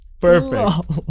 Perfect